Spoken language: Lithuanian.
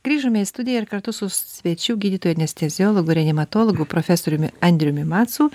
grįžome į studiją ir kartu su svečiu gydytojų anesteziologu reanimatologu profesoriumi andriumi macu